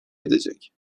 edecek